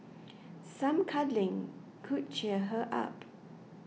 some cuddling could cheer her up